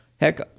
heck